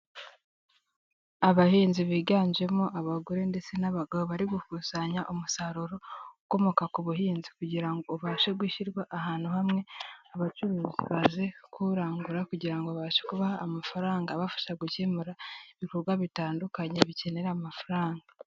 Abahinzi biganjemo abagore ndetse n'abagabo bari gukusanya umusaruro ukomoka ku buhinzi, kugira ubashe gushyirwa ahantu hamwe abacuruzi ba kuwurangura, kugira ngo babashe kubaha amafaranga abafasha gukemura ibikorwa bitandukanye bikenera amafaranga.